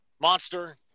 Monster